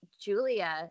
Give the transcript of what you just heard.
Julia